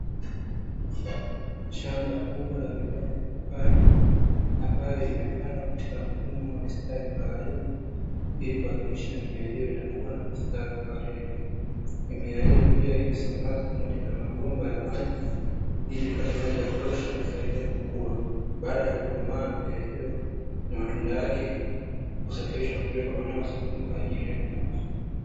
Shamba kubwa la mimea ya mipapai ambayo imepandwa katika mfumo wa mistari maalumu ili kuhakikisha mimea hiyo inakua na kustawi kwa kwa hali ya juu. Mimea hiyo pia imesambazwa pamoja na mabomba ya maji ili ipate maji ya kutosha na kusaidia kukua. Baada ya kukomaa, mimea hiyo na matunda yake husafirishiwa na kupelekwa maeneo ya masokoni kwa ajili ya kuuzwa.